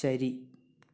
ശരി